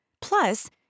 Plus